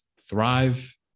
thrive